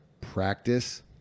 practice